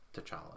T'Challa